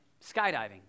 Skydiving